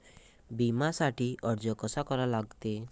बिम्यासाठी अर्ज कसा करा लागते?